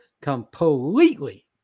completely